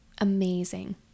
amazing